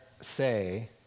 say